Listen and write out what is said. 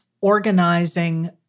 organizing